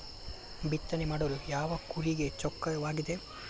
ಬಿತ್ತನೆ ಮಾಡಲು ಯಾವ ಕೂರಿಗೆ ಚೊಕ್ಕವಾಗಿದೆ?